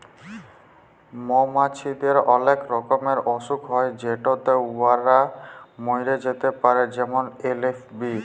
মমাছিদের অলেক রকমের অসুখ হ্যয় যেটতে উয়ারা ম্যইরে যাতে পারে যেমল এ.এফ.বি